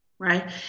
Right